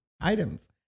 items